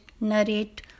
narrate